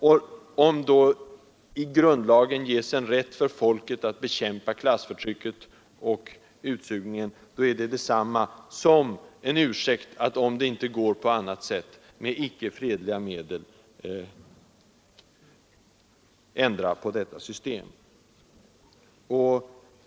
Om det då i grundlagen ges en rätt för folket att bekämpa klassförtrycket och utsugningen, då är det detsamma som en ursäkt för att, om det inte går på annat sätt, med icke fredliga medel ändra på detta system.